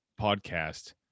podcast